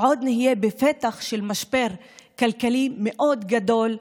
ועוד נהיה בפתח של משבר כלכלי מאוד גדול.